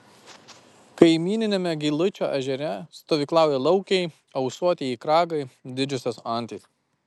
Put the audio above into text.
kaimyniniame giluičio ežere stovyklauja laukiai ausuotieji kragai didžiosios antys